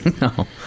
No